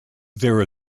there